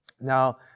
Now